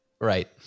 Right